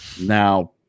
Now